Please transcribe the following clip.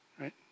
right